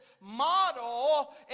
model